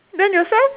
then you say